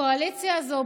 הקואליציה הזאת,